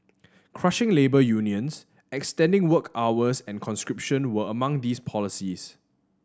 crushing labour unions extending work hours and conscription were among these policies